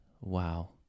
Wow